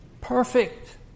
perfect